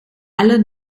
alle